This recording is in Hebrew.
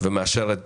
ומאשר את